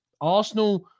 Arsenal